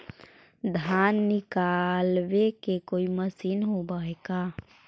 धान निकालबे के कोई मशीन होब है का?